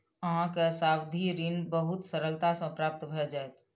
अहाँ के सावधि ऋण बहुत सरलता सॅ प्राप्त भ जाइत